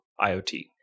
IoT